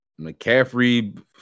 McCaffrey